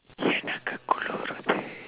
எனக்கு குளிருது:enakku kuliruthu